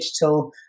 digital